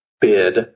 bid